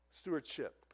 Stewardship